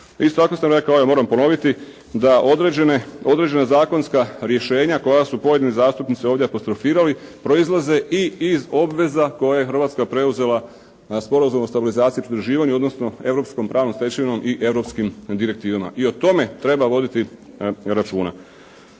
Isto tako sam rekao, evo moram ponoviti, da određene, određena zakonska rješenja koja su pojedini zastupnici ovdje apostrofirali proizlaze i iz obveza koje je Hrvatska preuzela Sporazumom o stabilizaciji i pridruživanju odnosno europskom pravnom stečevinom i europskim direktivama. I o tome treba voditi računa.